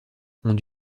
ont